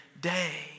day